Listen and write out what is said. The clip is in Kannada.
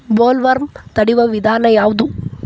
ಬೊಲ್ವರ್ಮ್ ತಡಿಯು ವಿಧಾನ ಯಾವ್ದು?